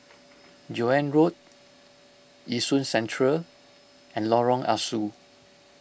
Joan Road Yishun Central and Lorong Ah Soo